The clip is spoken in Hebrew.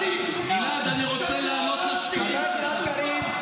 גלעד, אני רוצה לענות לשקרים שלך.